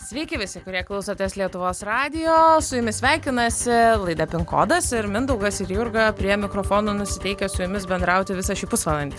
sveiki visi kurie klausotės lietuvos radijo su jumis sveikinasi laida kodas ir mindaugas ir jurga prie mikrofono nusiteikę su jumis bendrauti visą šį pusvalandį